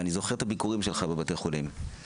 אני זוכר את הביקורים שלך בבתי החולים.